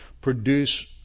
produce